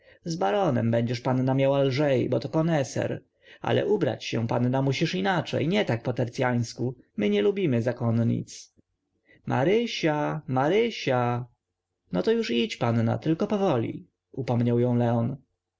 z baronem będziesz panna miała lżej boto koneser ale ubrać się panna musisz inaczej nie tak po tercyarsku my nie lubimy zakonnic marysia marysia no to idź już panna tylko powoli upominał ją leon